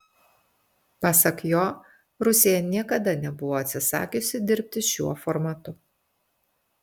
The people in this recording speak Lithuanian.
pasak jo rusija niekada nebuvo atsisakiusi dirbti šiuo formatu